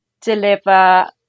deliver